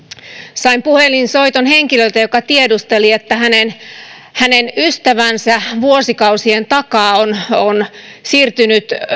sain puhelinsoiton henkilöltä joka tiedusteli kun hänen ystävänsä vuosikausien takaa on on siirtynyt